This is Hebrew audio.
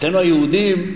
אצלנו היהודים,